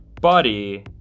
body